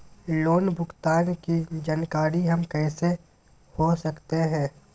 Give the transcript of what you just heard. Loan भुगतान की जानकारी हम कैसे हो सकते हैं?